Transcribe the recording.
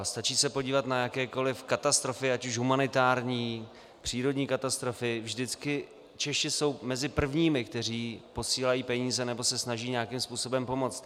Stačí se podívat na jakékoliv katastrofy, ať už humanitární, přírodní katastrofy, vždycky Češi jsou mezi prvními, kteří posílají peníze nebo se snaží nějakým způsobem pomoct.